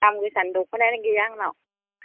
दाम गोसानि दख'नायानो गैया आंनाव